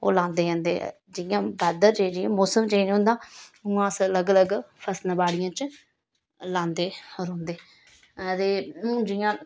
ओह् लांदे जंदे जियां वैदर चेंज जियां मौसम चेंज होंदा उ'यां अस अलग अलग फसलां बाड़ियें च लांदे रौंह्दे आं ते हून जियां